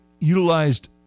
utilized